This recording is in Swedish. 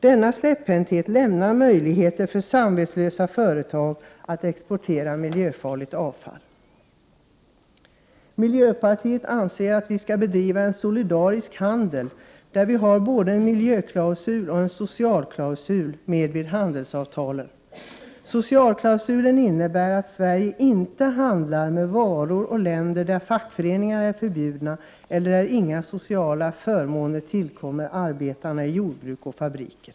Denna släpphänthet lämnar möjligheter för samvetslösa företag att exportera miljöfarligt avfall. Miljöpartiet anser att vi skall bedriva en solidarisk handel, där vi har både en miljöklausul och en socialklausul med i handelsavtalen. Socialklausulen innebär att Sverige inte handlar med varor och länder där fackföreningar är förbjudna eller där inga sociala förmåner tillkommer arbetarna i jordbruk och fabriker.